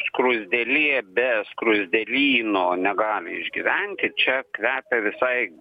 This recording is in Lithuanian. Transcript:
skruzdėlė be skruzdėlyno negali išgyventi čia kvepia visai